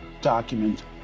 document